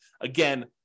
Again